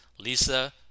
Lisa